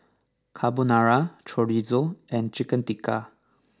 Carbonara Chorizo and Chicken Tikka